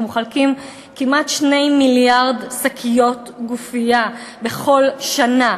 מחלקים כמעט 2 מיליארד שקיות גופייה בכל שנה,